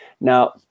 Now